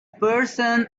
person